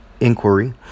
inquiry